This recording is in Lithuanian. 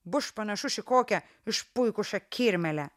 bus panašus į kokią išpuikusią kirmėlę